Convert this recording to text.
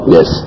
Yes